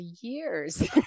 years